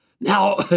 Now